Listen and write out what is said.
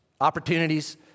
opportunities